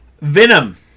Venom